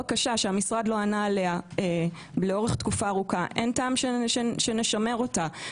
בקשה שהמשרד לא ענה עליה לאורך תקופה ארוכה אין טעם שנשמר אותה.